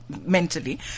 mentally